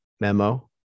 Memo